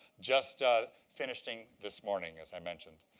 just ah finishing this morning, as i mentioned.